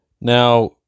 Now